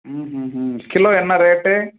மஹூஹூம் kilo என்ன rate